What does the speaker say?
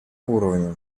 уровне